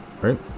right